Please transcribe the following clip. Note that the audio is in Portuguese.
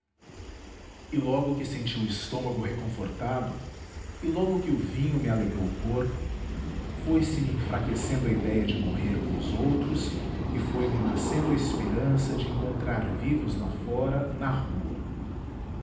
e logo que senti o estômago reconfortado e logo que o vinho me alegrou o corpo foi-se-me enfraquecendo a idéia de morrer com os outros e foi-me nascendo a esperança de encontrar vivos lá fora na rua